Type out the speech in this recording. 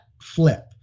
flip